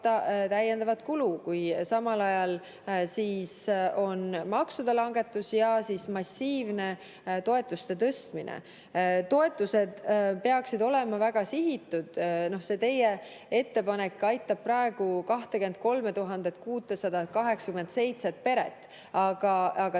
kulu, kui samal ajal on maksude langetus ja massiivne toetuste tõstmine? Toetused peaksid olema väga sihistatud. Teie ettepanek aitab praegu 23 687 peret, aga